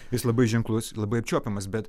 jis labai ženklus labai apčiuopiamas bet